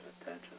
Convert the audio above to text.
attention